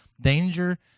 danger